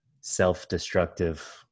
self-destructive